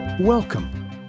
Welcome